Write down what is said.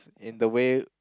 in the way